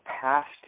past